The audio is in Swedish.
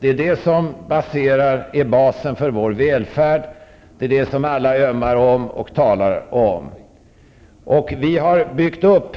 Det är detta som är basen för vår välfärd, och det är det som alla ömmar för och talar om. Vi har onekligen byggt upp